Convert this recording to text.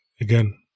Again